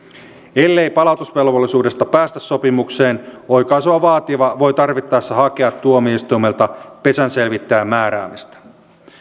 ellei palautusvelvollisuudesta päästä sopimukseen oikaisua vaativa voi tarvittaessa hakea tuomioistuimelta pesänselvittäjän määräämistä